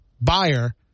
buyer